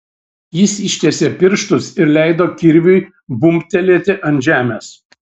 jis ištiesė pirštus ir leido kirviui bumbtelėti ant žemės